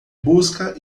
busca